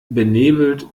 benebelt